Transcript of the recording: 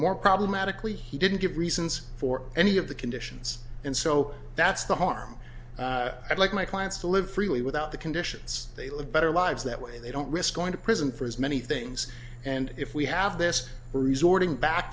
more problematically he didn't give reasons for any of the conditions and so that's the harm i'd like my clients to live freely without the conditions they live better lives that way they don't risk going to prison for his many things and if we have this resorting back